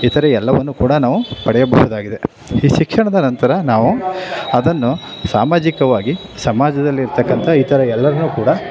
ಇತರೆ ಎಲ್ಲವನ್ನೂ ಕೂಡ ನಾವು ಪಡೆಯಬಹುದಾಗಿದೆ ಈ ಶಿಕ್ಷಣದ ನಂತರ ನಾವು ಅದನ್ನು ಸಾಮಾಜಿಕವಾಗಿ ಸಮಾಜದಲ್ಲಿರತಕ್ಕಂಥ ಇತರೆ ಎಲ್ಲರನ್ನೂ ಕೂಡ